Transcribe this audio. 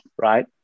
right